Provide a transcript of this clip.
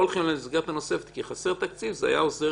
למסגרת הנוספת כי חסר תקציב זה היה עוזר